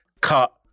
cut